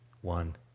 One